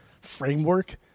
framework